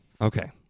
Okay